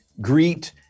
greet